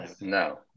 No